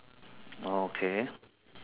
okay